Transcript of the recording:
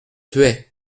thueyts